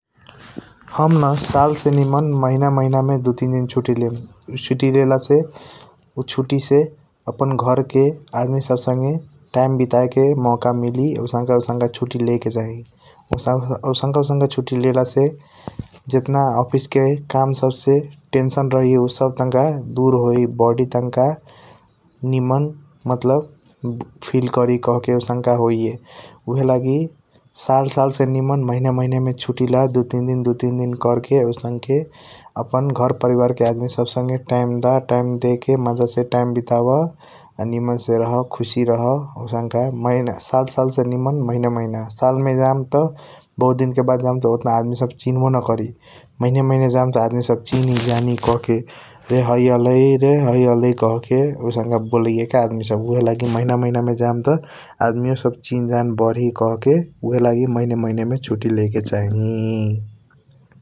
हम न सालसे निमन महिना महिनामे दु तीन छूटी लेम । उ छूटी लेलासे उ छूटी से अपन घरके आदमी सब संगे टाइम बिताएके मौका मिली उसन्का उसन्का छूटी लेके चाही । आ साफ उसन्का उसन्का छूटी लेलासे जेतना ऑफिसके काम सबसे टेंशन रहैये उ सब टंका दुर होइ बढी टंका निमन मतलब फ़ील करी कहके उसन्का होइये । उइहे लागि साल सालसे निमन महिना महिनामे छूटी ला दु तीन दिन दु तीन दिन कर्के उसन्के अपन घर परिवारके आदमी सब संगे टाइम द, टाइम देके माजासे टाइम बिताब । आ निमनसे रह खुसी रह उसन्का साल सालसे निमन महिना महिना, सालमे जाम त बहुत दिनके बाद जाम त ओतना आदमी सब चिन्हबो न करी । महीने महीने जाम त चीन्ही जानी कहके, रे है अलै रे है अलै कहके उसन्का बोलैये का अदमी सब उइहे लागि महिना महिनामे जाम त आदमीयो सब चिन्ह जान बढी कहके उइहे लागि महीने महीनेमे छूटी लेके चाही ।